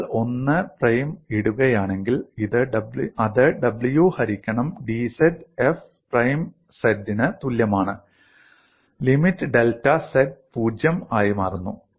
നിങ്ങൾ 1 പ്രൈം ഇടുകയാണെങ്കിൽ അത് dw ഹരിക്കണം dz f പ്രൈം z നു തുല്യമാണ് ലിമിറ്റ് ഡെൽറ്റ z 0 ആയി മാറുന്നു